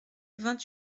vingt